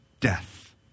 death